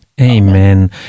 Amen